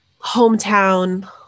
hometown